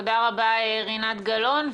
תודה רבה, רינת גל-און.